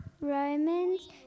Romans